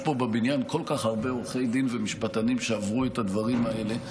יש פה בבניין כל כך הרבה עורכי דין ומשפטנים שעברו את הדברים האלה,